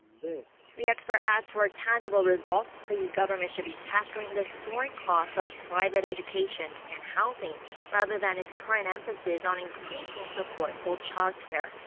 the the expert adds that for tangible results the government should be tackling the soaring costs of private education and housing rather than its current emphasis on increasing support for childcare.